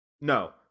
No